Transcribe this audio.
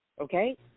Okay